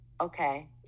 Okay